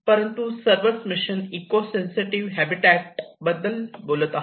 परंतु सर्वच mission eco sensitive habitat बद्दल बोलत आहे